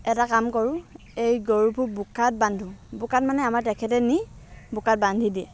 এটা কাম কৰোঁ এই গৰুবোৰ বোকাত বান্ধোঁ বোকাত মানে আমাৰ তেখেতে নি বোকাত বান্ধি দিয়ে